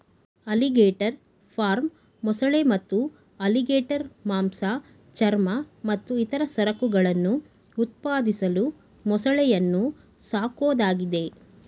alligator farm ಮೊಸಳೆ ಮತ್ತು alligator ಮಾಂಸ ಚರ್ಮ ಮತ್ತು ಇತರ ಸರಕುಗಳನ್ನು ಉತ್ಪಾದಿಸಲು ಮೊಸಳೆಯನ್ನು ಸಾಕೋದಾಗಿದೆ